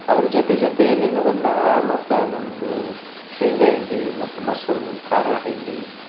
ಅದರ ಜೊತೆ ಜೊತೆಯಲ್ಲಿ ಮತ್ತ ನಮ್ಮದು ಶೇಂಗಾ ಇಂಡಿ ಮತ್ತು ಮೊಸರು ಖಾರ ಹಿಂಡಿ